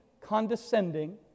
condescending